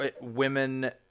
women